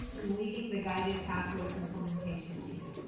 in leading the guided pathways implementation team.